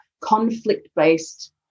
conflict-based